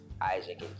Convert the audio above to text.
Isaac